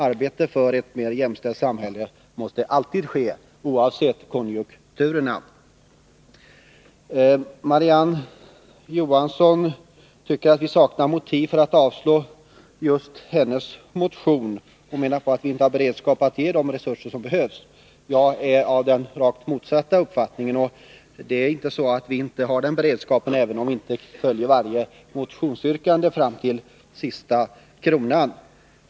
Arbetet för ett jämställt samhälle måste alltid pågå, oavsett konjunkturerna. Marie-Ann Johansson tycker att vi saknar motiv för att avstyrka hennes motion. Hon menar att vi inte har beredskap att ge de resurser som behövs. Jag är av den rakt motsatta uppfattningen. Det är inte så att vi saknar beredskap, även om vi inte följer varje motionsyrkande fram till sista kronan.